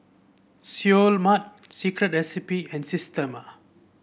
Seoul Mart Secret Recipe and Systema